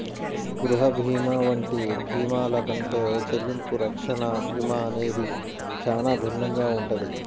గృహ భీమా వంటి భీమాల కంటే చెల్లింపు రక్షణ భీమా అనేది చానా భిన్నంగా ఉంటది